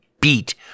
beat